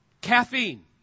caffeine